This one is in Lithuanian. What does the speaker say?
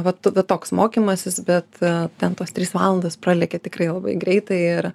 va tu va toks mokymasis bet ten tos trys valandos pralekia tikrai labai greitai ir